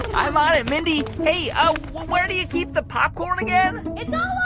i'm on it, mindy. hey, ah where do you keep the popcorn again?